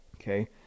okay